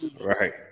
Right